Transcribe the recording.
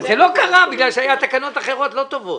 זה לא קרה כי היו תקנות אחרות לא טובות.